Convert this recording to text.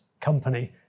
company